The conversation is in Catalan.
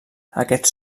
aquests